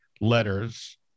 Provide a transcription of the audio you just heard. letters